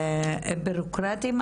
בירוקרטיים,